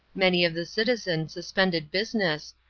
many of the citizen suspended business,